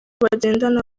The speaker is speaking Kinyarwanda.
bagendana